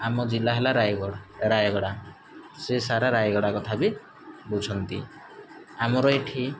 ଆମ ଜିଲ୍ଲା ହେଲା ରାୟଗଡ଼ ରାୟଗଡ଼ା ସେ ସାରା ରାୟଗଡ଼ା କଥା ବି ବୁଝନ୍ତି ଆମର ଏଠି